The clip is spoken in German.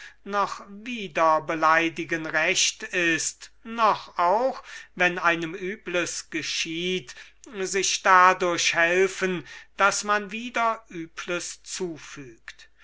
noch wiederbeleidigen recht ist noch auch wenn einem übles geschieht sich dadurch helfen daß man wieder übles zufügt